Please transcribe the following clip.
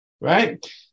right